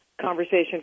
Conversation